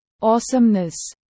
awesomeness